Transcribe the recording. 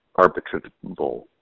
arbitrable